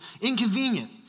inconvenient